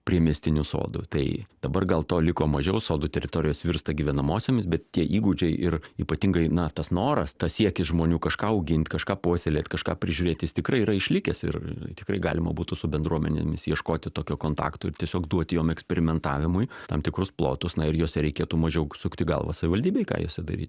priemiestinių sodų tai dabar gal to liko mažiau sodų teritorijos virsta gyvenamosiomis bet tie įgūdžiai ir ypatingai na tas noras tas siekis žmonių kažką augint kažką puoselėt kažką prižiūrėt jis tikrai yra išlikęs ir tikrai galima būtų su bendruomenėmis ieškoti tokio kontakto ir tiesiog duoti jom eksperimentavimui tam tikrus plotus na ir juose reikėtų mažiau sukti galvą savivaldybei ką jose daryt